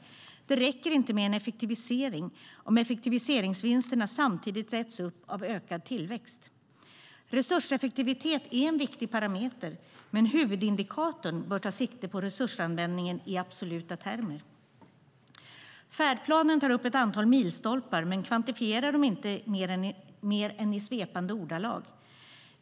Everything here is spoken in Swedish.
Det räcker inte med en effektivisering om effektiviseringsvinsterna samtidigt äts upp av ökad tillväxt. Resurseffektivitet är en viktig parameter, men huvudindikatorn bör ta sikte på resursanvändningen i absoluta termer. Färdplanen tar upp ett antal milstolpar men kvantifierar dem inte mer än i svepande ordalag.